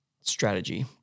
strategy